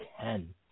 Ten